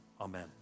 Amen